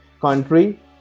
country